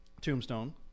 Tombstone